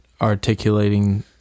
articulating